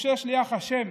משה, שליח ה',